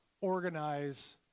organize